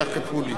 כך כתבו לי.